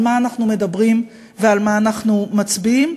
על מה אנחנו מדברים ועל מה אנחנו מצביעים?